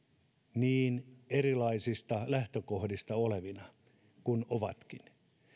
niin erilaisista lähtökohdista olevina kuin ovatkin